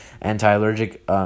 anti-allergic